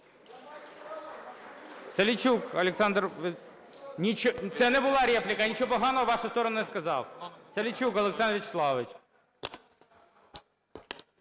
Салійчук Олександр В'ячеславович.